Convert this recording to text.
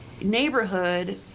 neighborhood